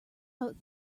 out